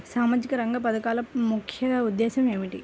సామాజిక రంగ పథకాల ముఖ్య ఉద్దేశం ఏమిటీ?